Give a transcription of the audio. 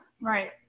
Right